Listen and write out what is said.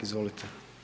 Izvolite.